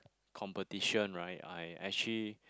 competition right I actually